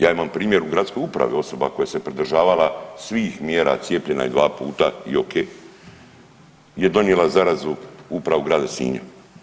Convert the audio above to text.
Ja imam primjer u gradskoj upravi, osoba koja se pridržavala svih mjera, cijepljena je 2 puta i ok, je donijela zarazu u upravu grada Sinja.